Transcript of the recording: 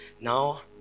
now